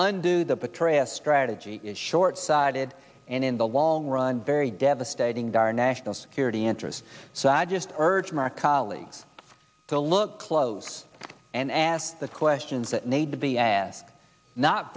undo the betray a strategy is short sided and in the long run very devastating daryn national security interests so i just urge mark colleagues to look close and ask the questions that need to be asked not